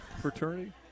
fraternity